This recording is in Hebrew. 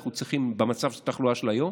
אנחנו צריכים במצב התחלואה של היום